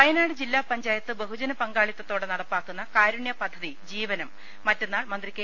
വയനാട് ജില്ലാ പഞ്ചായത്ത് ബഹുജന പങ്കാളിത്തത്തോടെ നടപ്പിലാക്കുന്ന കാരുണ്യ പദ്ധതി ജീവനം മറ്റന്നാൾ മന്ത്രി കെ